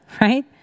right